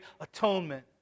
atonement